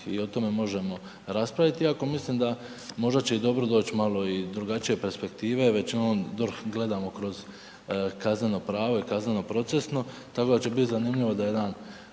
i o tome možemo raspraviti iako mislim da možda će dobro doć malo i drugačije perspektive, većinom DORH gledamo kroz kazneno pravo i kazneno procesno, tako da će bit zanimljivo da jedan